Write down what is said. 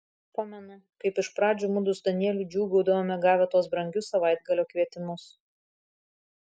pamenu kaip iš pradžių mudu su danieliu džiūgaudavome gavę tuos brangius savaitgalio kvietimus